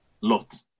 Lot